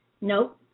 Nope